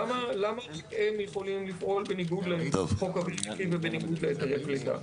למה רק הם יכולים לפעול בניגוד לחוק אוויר נקי ובניגוד להיתרי פליטה?